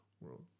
world